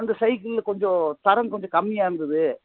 அந்த சைக்கிள் கொஞ்சம் தரம் கொஞ்சம் கம்மியாக இருந்தது